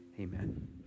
amen